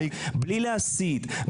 בלי להסית,